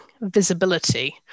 visibility